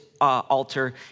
altar